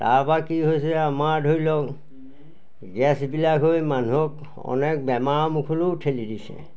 তাৰপৰা কি হৈছে আমাৰ ধৰি লওক গেছবিলাক হৈ মানুহক অনেক বেমাৰৰ মুখলৈও ঠেলি দিছে